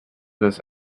this